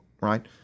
right